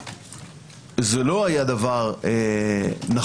זה לא היה דבר נכון